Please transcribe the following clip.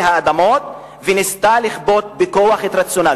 האדמות וניסתה לכפות בכוח את רצונה.